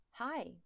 Hi